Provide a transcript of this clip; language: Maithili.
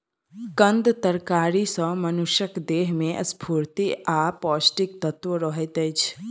कंद तरकारी सॅ मनुषक देह में स्फूर्ति आ पौष्टिक तत्व रहैत अछि